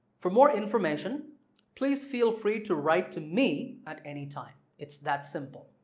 for more information please feel free to write to me at any time. it's that simple.